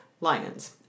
lions